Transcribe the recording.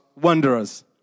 wanderers